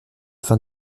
fin